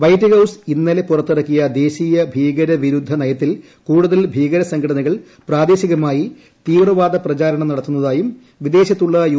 White House ഇന്നലെ പുറത്തിറ്ക്കിയ ദേശീയ ഭീകര വിരുദ്ധ നയത്തിൽ കൂടുതൽ പൂട്ടീക്ക്ര സംഘടനകൾ പ്രാദേശികമായി തീവ്രവാദ പ്രചാരണം കൃഷ്ടത്തുന്നതായും വിദേശത്തുള്ള യു